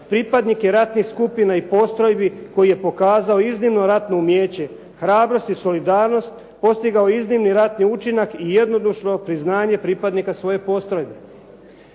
pripadnik je ratne skupine i postrojbi koji je pokazao iznimno ratno umijeće, hrabrost i solidarnost, postigao izniman ratni učinak i jednodušno priznanje pripadnika svoje postrojbe.